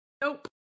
Nope